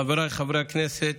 חבריי חברי הכנסת,